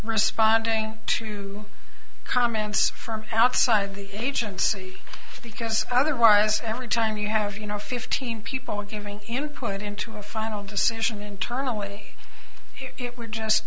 responding to comments from outside the agency because otherwise every time you have you know fifteen people giving input into a final decision internally we're just